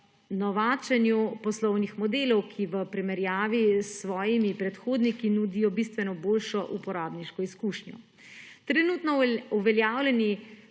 novačenju poslovnih modelov, ki v primerjavi s svojimi predhodniki nudijo bistveno boljšo uporabniško izkušnjo. Trenutno uveljavljeni